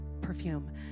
perfume